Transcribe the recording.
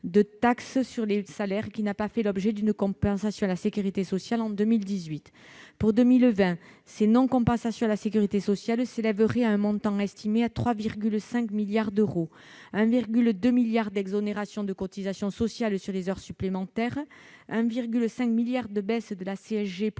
de taxe sur les salaires, qui n'a pas fait pas l'objet d'une compensation à la sécurité sociale en 2018. Pour 2020, ces non-compensations à la sécurité sociale s'élèveraient à un montant estimé à 3,5 milliards euros : 1,2 milliard d'euros d'exonération de cotisations sociales sur les heures supplémentaires, 1,5 milliard d'euros de baisse de la CSG pour